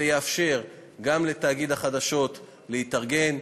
זה יאפשר גם לתאגיד החדשות להתארגן,